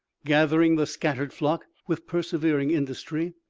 gathering the scattered flock with persevering industry,